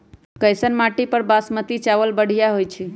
कैसन माटी पर बासमती चावल बढ़िया होई छई?